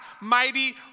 mighty